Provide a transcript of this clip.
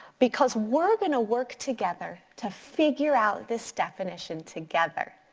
because we're gonna work together to figure out this definition together.